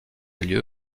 lieu